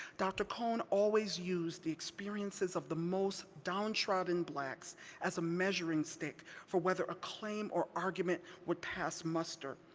dr. cone always used the experiences of the most downtrodden blacks as a measuring stick for whether a claim or argument would pass muster.